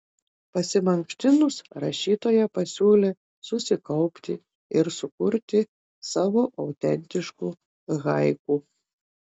pasimankštinus rašytoja pasiūlė susikaupti ir sukurti savo autentiškų haiku